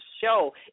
show